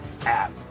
app